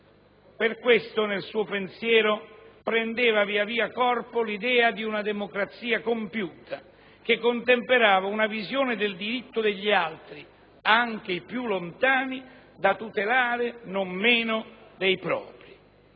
Per questo nel suo pensiero prendeva via via corpo l'idea di una democrazia compiuta che contemperava una visione del diritto degli altri, anche i più lontani, da tutelare non meno dei propri.